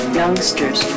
youngsters